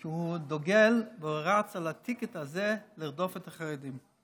כי הוא דוגל ורץ על הטיקט הזה, לרדוף את החרדים.